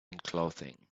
clothing